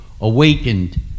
awakened